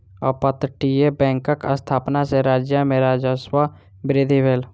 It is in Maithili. अपतटीय बैंकक स्थापना सॅ राज्य में राजस्व वृद्धि भेल